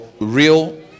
real